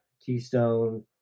keystone